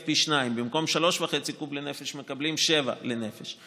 של פי שניים: במקום 3.5 קוב לנפש הן מקבלות 7 קוב לנפש.